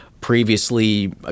previously